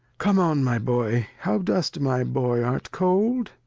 come on my boy, how dost my boy? art cold?